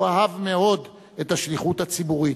הוא אהב מאוד את השליחות הציבורית,